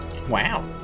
Wow